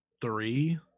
three